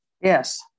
Yes